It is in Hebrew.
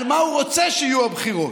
על מה הוא רוצה שיהיו הבחירות.